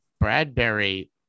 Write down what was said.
Bradbury